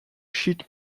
sheet